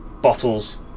bottles